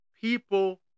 people